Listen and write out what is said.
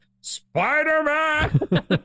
Spider-Man